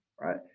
right